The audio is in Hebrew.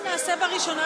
התשע"ז 2016,